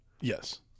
Yes